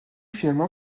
finalement